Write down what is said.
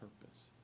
purpose